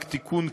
רק תיקון קל,